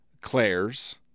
Claire's